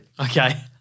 okay